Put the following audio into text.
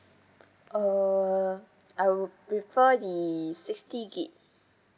err I would prefer the sixty G_B